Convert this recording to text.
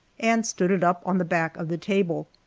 and stood it up on the back of the table.